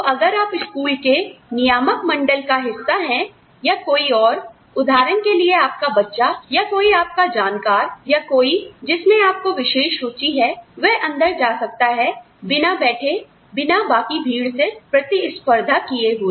तो अगर आप स्कूल के नियामक मंडल का हिस्सा हैं या कोई और उदाहरण के लिए आपका बच्चा या कोई आपका जानकार या कोई जिसमें आपको विशेष रूचि है वह अंदर जा सकता है बिना बैठे बिना बाकी भीड़ से प्रतिस्पर्धा किए हुए